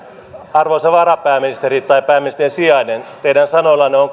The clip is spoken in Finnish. arvoisa varapääministeri tai pääministerin sijainen että teidän sanoillanne on